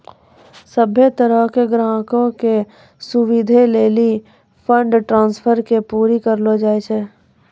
सभ्भे तरहो के ग्राहको के सुविधे लेली फंड ट्रांस्फर के पूरा करलो जाय छै